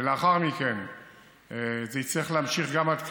ולאחר מכן זה יצטרך להמשיך גם עד כברי.